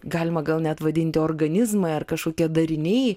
galima gal net vadinti organizmai ar kažkokie dariniai